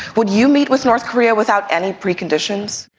would you meet with north korea without any preconditions?